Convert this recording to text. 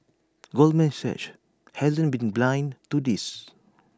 Goldman Sachs hasn't been blind to this